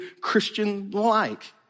Christian-like